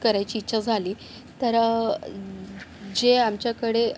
करायची इच्छा झाली तर जे आमच्याकडे